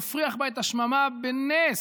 מפריח בה את השממה בנס.